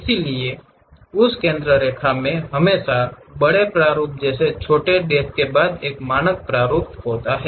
इसलिए उस केंद्र रेखा में हमेशा बड़े प्रारूप जैसे छोटे डैश के बाद एक मानक प्रारूप होता है